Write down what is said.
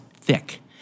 thick